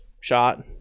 shot